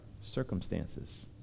circumstances